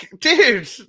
dude